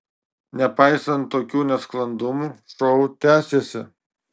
nepaisant tokių nesklandumų šou tęsėsi